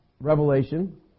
Revelation